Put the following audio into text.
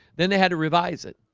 then they had to revise it.